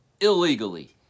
illegally